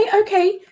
okay